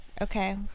Okay